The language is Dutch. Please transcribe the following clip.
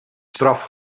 straf